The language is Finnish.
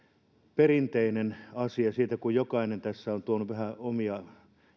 perinteinen asia kun jokainen tässä on tuonut vähän omia